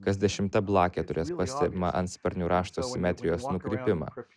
kas dešimta blakė turės pastebimą antsparnių rašto simetrijos nukrypimą